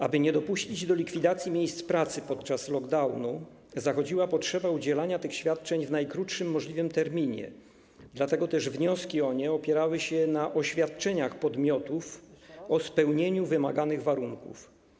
Aby nie dopuścić do likwidacji miejsc pracy podczas lockdownu, zachodziła potrzeba udzielania tych świadczeń w najkrótszym możliwym terminie, dlatego też wnioski o nie opierały się na oświadczeniach podmiotów o spełnieniu wymaganych warunków.